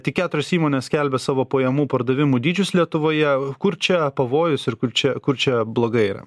tik keturios įmonės skelbia savo pajamų pardavimų dydžius lietuvoje kur čia pavojus ir kur čia kur čia blogai yra